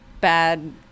bad